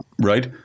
Right